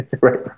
Right